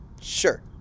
Sure